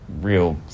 real